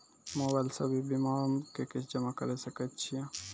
Mobile से भी बीमा के किस्त जमा करै सकैय छियै कि?